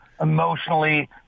emotionally